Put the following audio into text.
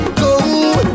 go